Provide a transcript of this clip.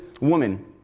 woman